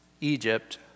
Egypt